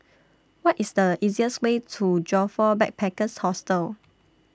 What IS The easiest Way to Joyfor Backpackers' Hostel